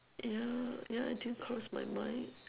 ya ya it didn't cross my mind